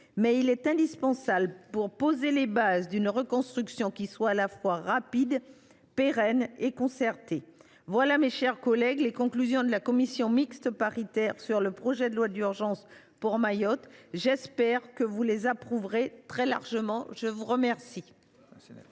mais il est indispensable pour poser les bases d’une reconstruction à la fois rapide, pérenne et concertée. Telles sont, mes chers collègues, les conclusions de la commission mixte paritaire sur le projet de loi d’urgence pour Mayotte. J’espère que vous les approuverez très largement. Bravo ! La parole